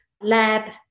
lab